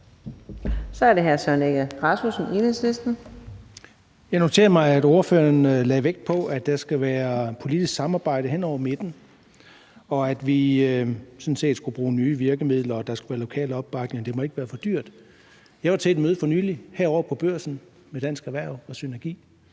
Kl. 18:11 Søren Egge Rasmussen (EL): Jeg noterer mig, at ordføreren lagde vægt på, at der skal være politisk samarbejde hen over midten, og at vi sådan set skulle bruge nye virkemidler og der skulle være lokal opbakning – det må ikke være for dyrt. Jeg var til et møde for nylig herovre på Børsen ved Dansk Erhverv og SYNERGI,